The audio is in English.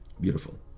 Beautiful